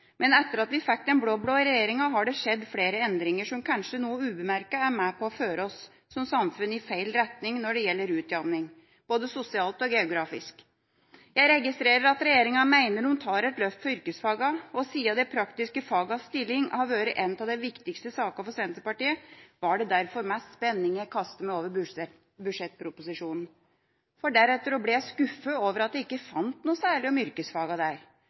Men etter at vi fikk den blå-blå regjeringa, har det skjedd flere endringer som kanskje noe ubemerket er med på å føre oss som samfunn i feil retning når det gjelder utjamning, både sosialt og geografisk. Jeg registrerer at regjeringa mener de tar et løft for yrkesfagene, og siden de praktiske fagenes stilling har vært en av de viktigste sakene for Senterpartiet, var det derfor med spenning jeg kastet meg over budsjettproposisjonen, for deretter å bli skuffet over at jeg ikke fant noe særlig om yrkesfagene der,